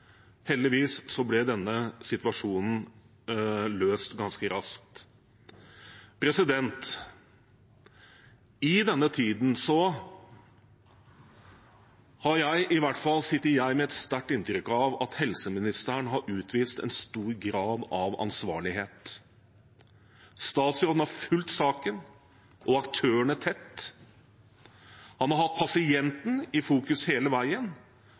Heldigvis ble denne situasjonen løst ganske raskt. Etter denne tiden sitter i hvert fall jeg igjen med et sterkt inntrykk av at helseministeren har utvist en stor grad av ansvarlighet. Statsråden har fulgt saken og aktørene tett, han har hatt pasienten i fokus hele veien